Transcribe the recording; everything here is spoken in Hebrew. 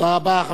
תודה רבה.